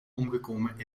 omgekomen